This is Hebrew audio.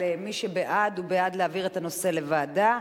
מי שבעד הוא בעד להעביר את הנושא לוועדה,